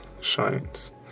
shines